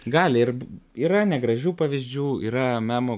gali ir yra negražių pavyzdžių yra memų